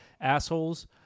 assholes